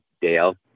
Dale